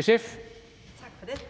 SF. Kl.